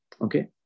Okay